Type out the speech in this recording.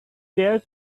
their